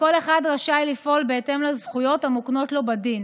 וכל אחד רשאי לפעול בהתאם לזכויות המוקנות לו בדין,